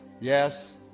yes